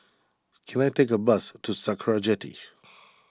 can I take a bus to Sakra Jetty